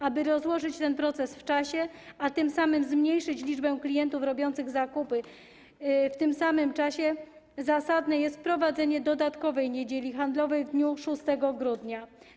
Aby rozłożyć ten proces w czasie, a tym samym zmniejszyć liczbę klientów robiących zakupy w tym samym czasie, zasadne jest wprowadzenie dodatkowej niedzieli handlowej w dniu 6 grudnia.